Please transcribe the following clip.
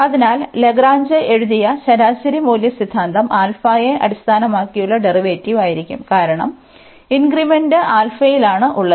അതിനാൽ ലഗ്രാഞ്ച് എഴുതിയ ശരാശരി മൂല്യ സിദ്ധാന്തം യെ അടിസ്ഥാനമാക്കിയുള്ള ഡെറിവേറ്റീവ് ആയിരിക്കും കാരണം ഇൻക്രിമെന്റ് യിലാണുള്ളത്